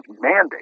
mandate